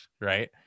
right